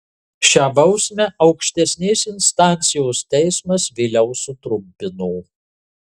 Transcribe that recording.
šią bausmę aukštesnės instancijos teismas vėliau sutrumpino